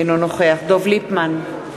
אינו נוכח דב ליפמן,